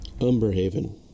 Umberhaven